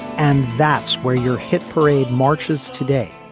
and that's where your hit parade marches today.